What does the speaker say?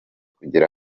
kugera